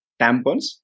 tampons